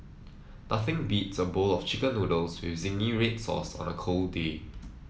nothing beats a bowl of chicken noodles with zingy red sauce on a cold day